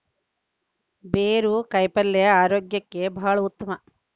ಬೇರು ಕಾಯಿಪಲ್ಯ ಆರೋಗ್ಯಕ್ಕೆ ಬಹಳ ಉತ್ತಮ